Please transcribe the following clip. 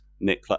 Nick